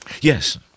Yes